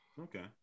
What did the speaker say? Okay